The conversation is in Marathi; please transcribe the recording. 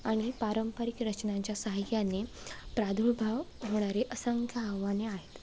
आणि पारंपरिक रचनांच्या सहाय्याने प्रादुर्भाव होणारे असंख्य आव्हाने आहेत